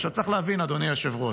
עכשיו, צריך להבין, אדוני היושב-ראש,